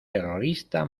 terrorista